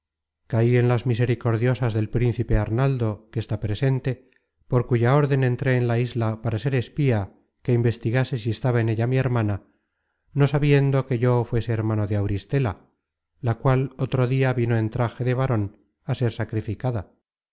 caí en las misericordiosas del príncipe arnaldo que está presente por cuya órden entré en la isla para ser espía que investigase si estaba en ella mi hermana no sabiendo que yo content from google book search generated at fuese hermano de auristela la cual otro dia vino en traje de varon á ser sacrificada